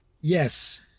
Yes